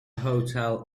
hotel